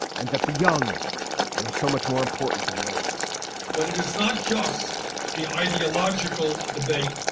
and that the young there's so much more important than the olds but it is not just the ideological debate.